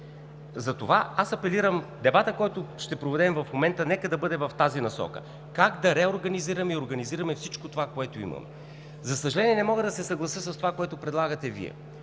Затова аз апелирам дебатът, който ще проведем в момента, да бъде в тази насока: как да реорганизираме и организираме всичко това, което имаме. За съжаление, не мога да се съглася с това, което предлагате Вие.